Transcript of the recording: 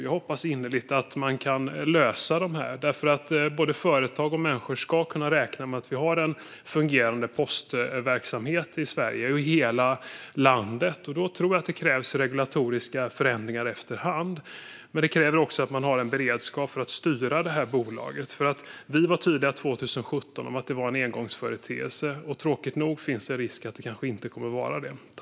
Jag hoppas innerligt att man kan lösa dem, för både företag och människor ska kunna räkna med en fungerande postverksamhet i hela landet. Jag tror att detta kräver regulatoriska förändringar efter hand men också att man har en beredskap för att styra detta bolag. År 2017 var vi tydliga med att det var en engångsföreteelse, men tråkigt nog finns det en risk att det inte kommer att vara det.